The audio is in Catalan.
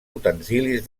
utensilis